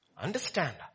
Understand